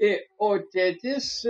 ė o tėtis